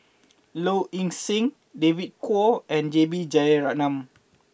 Low Ing Sing David Kwo and J B Jeyaretnam